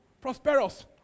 prosperous